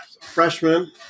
freshman